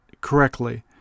correctly